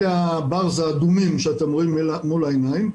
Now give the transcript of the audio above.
אלה העמודות האדומות שאתם רואים מול העיניים.